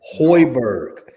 Hoiberg